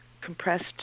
compressed